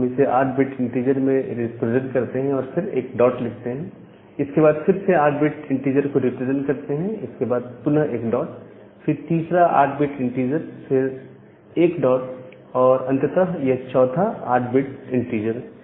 तो हम इसे 8 बिट इंटीजर में रिप्रेजेंट करते हैं फिर एक डॉट लिखते हैं इसके बाद फिर से 8 बिट इंटीजर को रिप्रेजेंट करते हैं इसके बाद पुनः एक डॉट फिर तीसरा 8 बिट इंटीजर फिर एक डॉट और अंततः यह चौथा 8 बिट इंटीजर